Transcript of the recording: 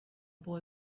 boy